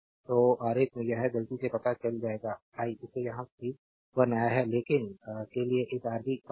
तो आरेख में यह गलती से पता चल जाएगा आई इसे यहां भी बनाया है लेकिन के लिए इस राब पता है